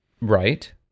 Right